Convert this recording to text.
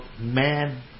man